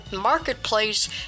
Marketplace